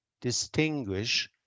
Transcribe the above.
distinguish